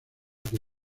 que